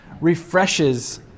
refreshes